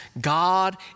God